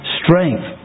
strength